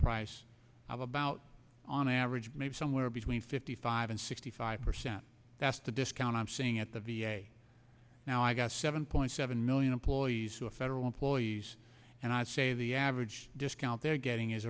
price of about on average maybe somewhere between fifty five and sixty five percent that's the discount i'm seeing at the v a now i've got seven point seven million employees who are federal employees and i'd say the average discount they're getting is